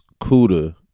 Cuda